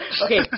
Okay